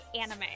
anime